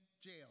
jail